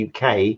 uk